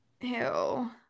ew